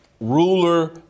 ruler